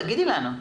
תגידי לנו.